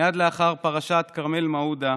מייד לאחר פרשת כרמל מעודה,